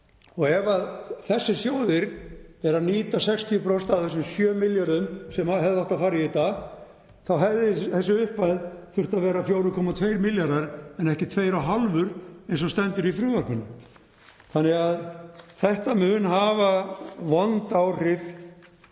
og ef þessir sjóðir eru að nýta 60% af þessum 7 milljörðum sem hefðu átt að fara í þetta þá hefði þessi upphæð þurft að vera 4,2 milljarðar en ekki 2,5 eins og stendur í frumvarpinu, þannig að þetta mun hafa vond áhrif